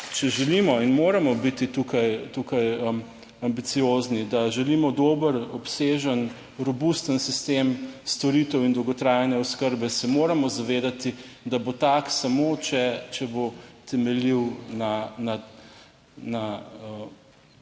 če želimo in moramo biti tukaj ambiciozni, da želimo dober, obsežen, robusten sistem storitev in dolgotrajne oskrbe, se moramo zavedati, da bo tak samo, če bo temeljil na